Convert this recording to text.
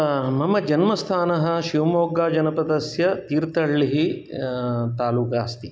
मम जन्मस्थानं शिमोगा जनपदस्य तीर्थहल्लिः तालूका अस्ति